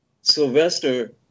Sylvester